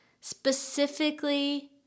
specifically